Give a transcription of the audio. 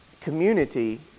community